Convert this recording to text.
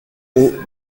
aux